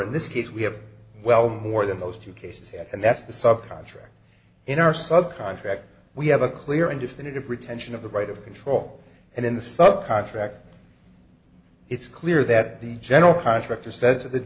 in this case we have well more than those two cases here and that's the sub contract in our sub contract we have a clear and definitive retention of the right of control and in the sub contract it's clear that the general contractor says th